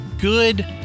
good